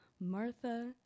Martha